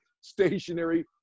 stationary